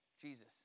Jesus